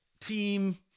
team